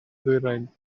ddwyrain